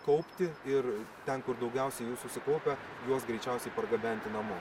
kaupti ir ten kur daugiausiai jų susikaupia juos greičiausiai pargabenti namo